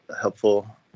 helpful